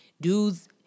dudes